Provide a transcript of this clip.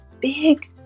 big